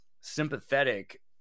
sympathetic